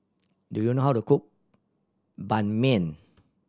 do you know how to cook Ban Mian